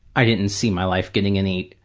i didn't see my life getting any